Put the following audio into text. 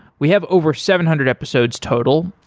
we have over seven hundred episodes total.